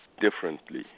differently